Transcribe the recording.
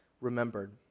remembered